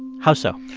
how so?